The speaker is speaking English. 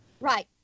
right